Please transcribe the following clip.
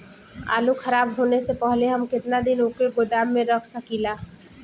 आलूखराब होने से पहले हम केतना दिन वोके गोदाम में रख सकिला?